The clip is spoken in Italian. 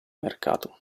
mercato